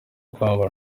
kwambara